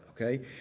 Okay